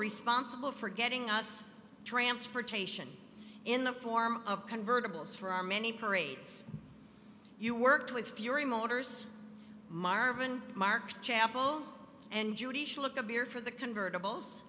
responsible for getting us transportation in the form of convertibles for our many parades you worked with fury motors marman mark chapel and judicial look at beer for the convertibles